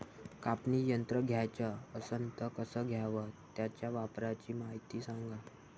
कापनी यंत्र घ्याचं असन त कस घ्याव? त्याच्या वापराची मायती सांगा